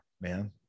man